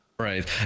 Right